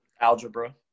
algebra